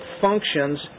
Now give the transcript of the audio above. functions